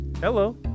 Hello